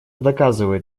доказывает